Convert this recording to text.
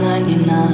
99